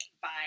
Bye